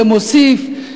זה מוסיף,